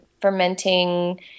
fermenting